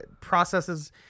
processes